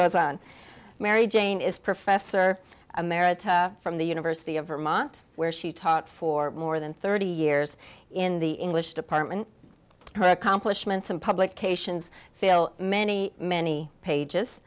goes on mary jane is professor emeritus from the university of vermont where she taught for more than thirty years in the english department her accomplishments and publications feel many many pages